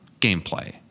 gameplay